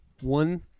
one